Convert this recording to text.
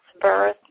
birth